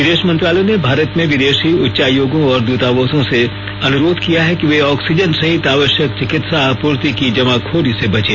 विदेश मंत्रालय ने भारत में विदेशी उच्चायोगों और दूतावासों से अनुरोध किया है कि वे ऑक्सीजन सहित आवश्यक चिकित्सा आपूर्ति की जमाखोरी से बचें